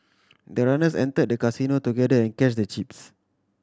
the runners entered the casino together and cashed the chips